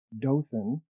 Dothan